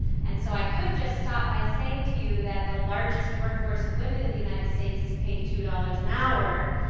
and so i could stop by saying to you, that the largest workforce of women in the united states is paid two dollars an hour.